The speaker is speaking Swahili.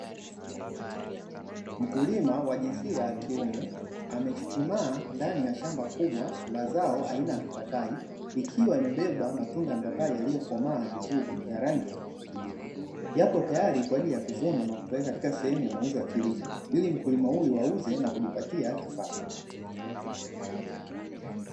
Mkulima wa jinsia ya kiume amechuchumaa ndani ya shamba kubwa la zao aina ya mipapai, ikiwa imebeba matunda ya mapapai yaliyokomaa vizuri ya rangi ya kijani kibichi, yapo tayari kwa ajili ya kuvunwa na kupelekwa katika sehemu ya mauzo ya kilimo ili mkulima huyu auze na kujipatia kipato.